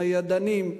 הידענים,